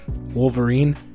Wolverine